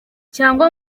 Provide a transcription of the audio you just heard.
cyangwa